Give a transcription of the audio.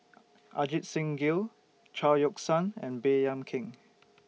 Ajit Singh Gill Chao Yoke San and Baey Yam Keng